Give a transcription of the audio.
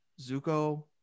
Zuko